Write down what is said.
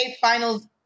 Finals